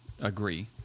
agree